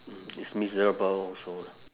mm it's miserable also lah